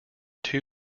two